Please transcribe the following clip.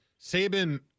Saban